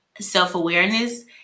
self-awareness